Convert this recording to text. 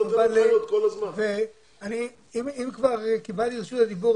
אם כבר קיבלתי את רשות הדיבור,